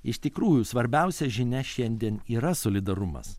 iš tikrųjų svarbiausia žinia šiandien yra solidarumas